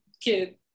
kid